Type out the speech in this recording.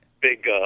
big